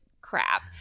crap